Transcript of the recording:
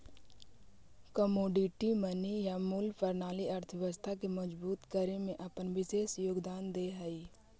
commodity money या मूल्य प्रणाली अर्थव्यवस्था के मजबूत करे में अपन विशेष योगदान दे हई